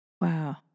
Wow